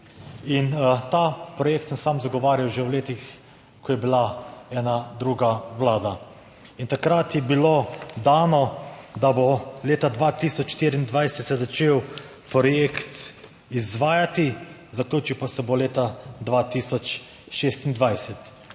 Ta projekt sem sam zagovarjal že v letih, ko je bila ena druga vlada. In takrat je bilo dano, da bo leta 2024, se je začel projekt izvajati, zaključil pa se bo leta 2026.